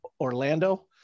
Orlando